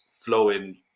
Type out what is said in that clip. flowing